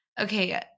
Okay